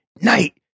night